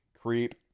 Creep